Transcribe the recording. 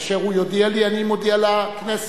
כאשר הוא הודיע לי, אני מודיע לכנסת,